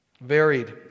Varied